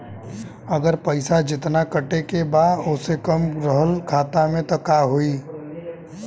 अगर पैसा जेतना कटे के बा ओसे कम रहल खाता मे त का होई?